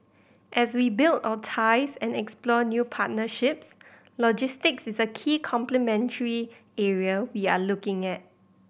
as we build our ties and explore new partnerships logistics is a key complementary area we are looking at